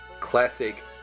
classic